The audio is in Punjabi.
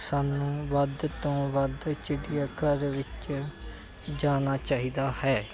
ਸਾਨੂੰ ਵੱਧ ਤੋਂ ਵੱਧ ਚਿੜੀਆਘਰ ਵਿੱਚ ਜਾਣਾ ਚਾਹੀਦਾ ਹੈ